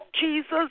Jesus